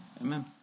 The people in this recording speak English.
Amen